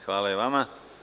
Hvala i vama.